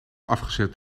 afgezet